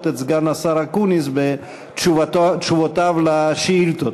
את סגן השר אקוניס בתשובותיו על שאילתות.